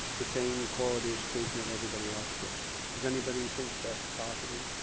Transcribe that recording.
the same quality education that everybody else did does anybody think that's possible?